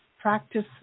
practice